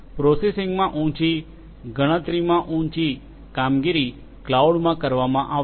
પ્રોસેસિંગમાં ઉચી ગણતરીમાં ઉંચી કામગીરી કલાઉડમાં કરવામાં આવશે